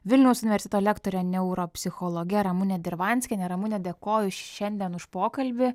vilniaus universiteto lektore neuropsichologe ramune dirvanskiene ramune dėkoju šiandien už pokalbį